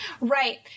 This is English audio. Right